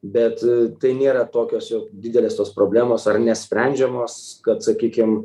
bet tai nėra tokios jau didelės tos problemos ar nesprendžiamos kad sakykim